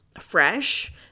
fresh